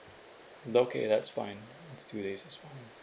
okay that's fine it's two days it's fine